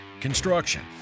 construction